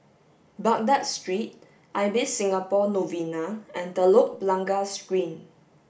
Baghdad Street Ibis Singapore Novena and Telok Blangah Green